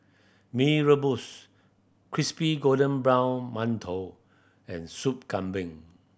Mee Rebus crispy golden brown mantou and Soup Kambing